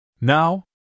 Now